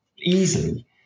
easily